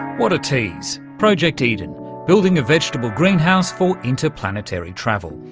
what a tease, project eden building a vegetable greenhouse for interplanetary travel.